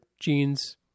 genes